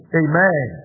amen